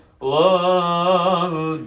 love